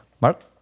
Mark